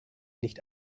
nicht